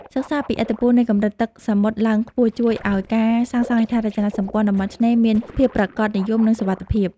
សិក្សាពីឥទ្ធិពលនៃកម្រិតទឹកសមុទ្រឡើងខ្ពស់ជួយឱ្យការសាងសង់ហេដ្ឋារចនាសម្ព័ន្ធតំបន់ឆ្នេរមានភាពប្រាកដនិយមនិងសុវត្ថិភាព។